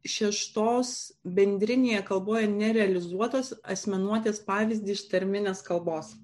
šeštos bendrinėje kalboje nerealizuotos asmenuotės pavyzdį iš tarminės kalbos